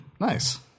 Nice